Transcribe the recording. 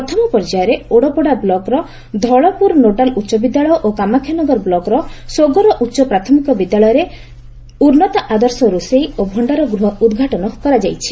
ପ୍ଥମ ପର୍ଯ୍ୟାୟରେ ଓଡ଼ପଡ଼ା ବ୍କ୍ର ଧଳପୁର ନୋଡାଲ୍ ଉଚ ବିଦ୍ୟାଳୟ ଓ କାମାଷାନଗର ବ୍ଲକ୍ର ସୋଗର ଉଚ ପ୍ରାଥମିକ ବିଦ୍ୟାଳୟରେ ପ୍ରଥମକରି ଉନ୍ନତ ଆଦର୍ଶ ରୋଷେଇ ଓ ଭ ଉଦ୍ଘାଟନ କରାଯାଇଛି